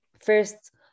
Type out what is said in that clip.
first